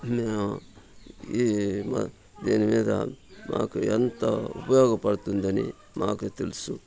దీని మీద మాకు ఎంత ఉపయోగ పడుతుందని మాకు తెలుసు